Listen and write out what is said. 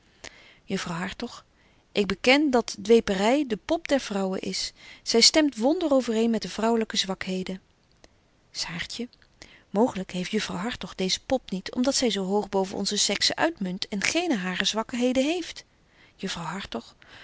juffrouw hartog ik beken dat dwepery de pop der vrouwen is zy stemt wonder overeen met de vrouwelyke zwakheden saartje mooglyk heeft juffrouw hartog deeze pop niet om dat zy zo hoog boven onze sexe uitmunt en geene harer zwakheden heeft